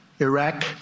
Iraq